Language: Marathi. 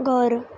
घर